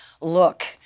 look